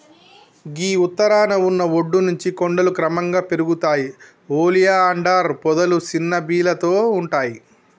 గీ ఉత్తరాన ఉన్న ఒడ్డు నుంచి కొండలు క్రమంగా పెరుగుతాయి ఒలియాండర్ పొదలు సిన్న బీలతో ఉంటాయి